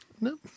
No